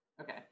Okay